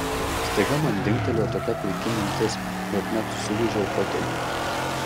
staiga man dingtelėjo tokia klaiki mintis jog net susigūžiau fotelyje